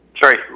Sorry